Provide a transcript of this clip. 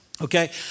okay